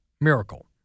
miracle